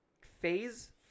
Phase